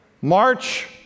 March